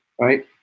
right